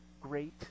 great